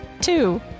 Two